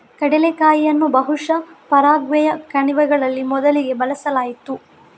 ಕಡಲೆಕಾಯಿಯನ್ನು ಬಹುಶಃ ಪರಾಗ್ವೆಯ ಕಣಿವೆಗಳಲ್ಲಿ ಮೊದಲಿಗೆ ಬೆಳೆಸಲಾಯಿತು